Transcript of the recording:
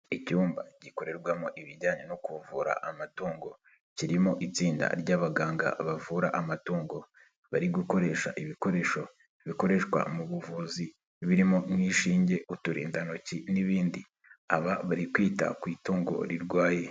Icyumba gikorerwamo ibijyanye no kuvura amatungo, kirimo itsinda ry’abaganga bavura amatungo, bari gukoresha ibikoresho bikoreshwa mu buvuzi, birimo nk’inshinge, uturindantoki n’ibindi. Aba bari kwita ku itungo rirwaye.